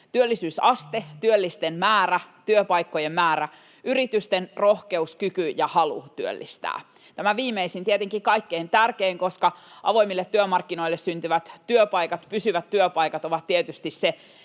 työllisyysaste, työllisten määrä, työpaikkojen määrä, yritysten rohkeus, kyky ja halu työllistää. Tämä viimeisin tietenkin on kaikkein tärkein, koska avoimille työmarkkinoille syntyvät työpaikat, pysyvät työpaikat, ovat tietysti se,